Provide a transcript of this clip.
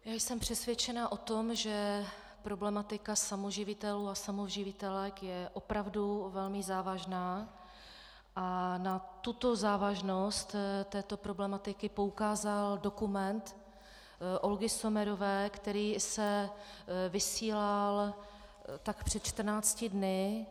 Já jsem přesvědčena o tom, že problematika samoživitelů a samoživitelek je opravdu velmi závažná, a na závažnost této problematiky poukázal dokument Olgy Sommerové, který se vysílal tak před čtrnácti dny.